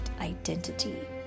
identity